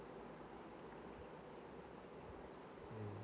mm